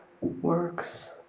works